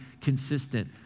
consistent